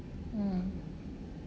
mm